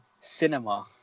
cinema